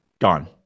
Gone